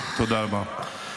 תודה רבה.